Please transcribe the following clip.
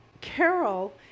Carol